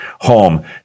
home